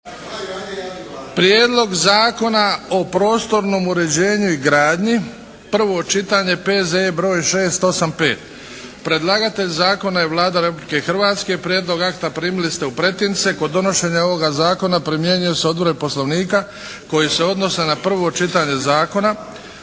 Prijedlog zakona o prostornom uređenju i gradnji, prvo čitanje, P.Z.E. br. 685 Predlagatelj zakona je Vlada Republike Hrvatske. Prijedlog akta primili ste u pretince. Kod donošenja ovoga zakona primjenjuju se odredbe poslovnika koje se odnose na prvo čitanje zakona.